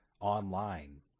online